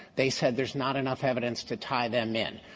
they said there's not enough evidence to tie them in.